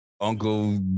Uncle